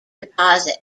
deposits